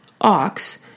Ox